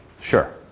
Sure